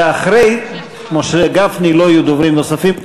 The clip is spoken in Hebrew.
ואחרי משה גפני לא יהיו דוברים נוספים,